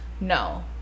No